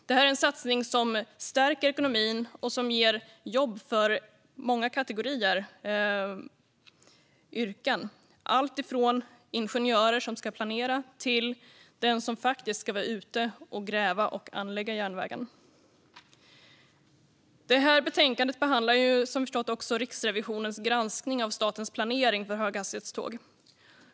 Det här är en satsning som stärker ekonomin och som ger jobb åt många kategorier yrken, alltifrån ingenjörer som ska planera till den som faktiskt ska vara ute och gräva och anlägga järnvägen. Betänkandet behandlar också Riksrevisionens granskning av statens planering för höghastighetståg.